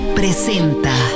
presenta